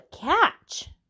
catch